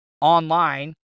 online